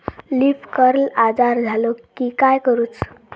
Leaf curl आजार झालो की काय करूच?